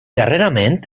darrerament